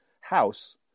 house